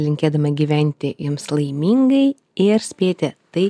linkėdami gyventi jums laimingai ir spėti tai